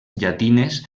llatines